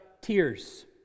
tears